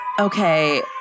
Okay